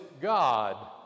God